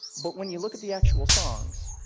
but when you look at the actual songs,